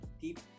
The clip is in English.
Deep